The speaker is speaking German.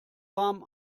warm